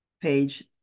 page